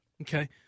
Okay